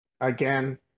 again